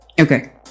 Okay